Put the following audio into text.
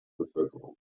bevölkerung